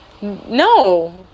No